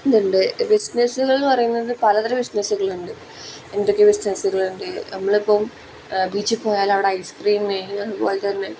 ഇതുണ്ട് ബിസിനസ്സുകൾ എന്ന് പറയുന്നത് പലതരം ബിസിനസ്സുകൾ ഉണ്ട് എന്തൊക്കെ ബിസിനസ്സുകൾ ഉണ്ട് നമ്മളിപ്പം ബീച്ചിൽ പോയാൽ അവിടെ ഐസ് ക്രീമ് അതുപോലെത്തന്നെ